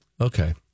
Okay